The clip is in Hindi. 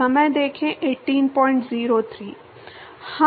हां